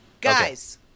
Guys